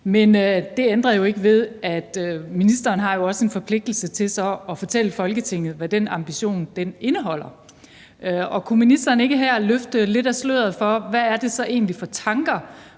Men det ændrer jo ikke ved, at ministeren også har en forpligtelse til at fortælle Folketinget, hvad den ambition indeholder. Kunne ministeren ikke her løfte lidt af sløret for, hvad det egentlig er for tanker,